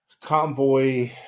convoy